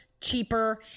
cheaper